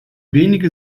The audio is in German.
wenige